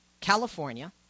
California